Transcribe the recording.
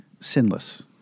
sinless